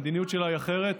המדיניות שלה היא אחרת.